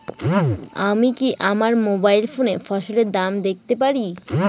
আমি কি আমার মোবাইল ফোনে ফসলের দাম দেখতে পারি?